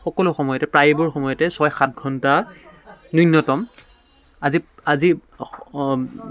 সকলো সময়তে প্ৰায়বোৰ সময়তে ছয় সাত ঘণ্টা ন্যূনতম আজি আজি